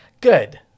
Good